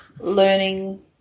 learning